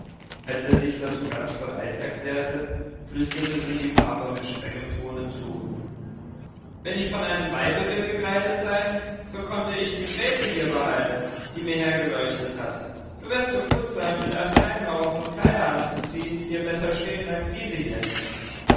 als er sich dazu ganz bereit erklärte flüsterte sie ihm aber mit strengem tone zu wenn ich von einem weibe will begleitet sein so konnte ich die grete hier behalten die mir hergeleuchtet hat du wirst so gut sein und erst heimlaufen um kleider anzuziehen die dir besser stehen als diese hier